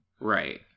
Right